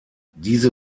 diese